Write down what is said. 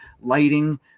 lighting